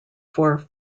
for